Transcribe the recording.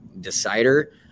decider